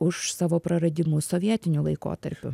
už savo praradimus sovietiniu laikotarpiu